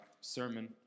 sermon